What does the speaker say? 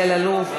אלי אלאלוף,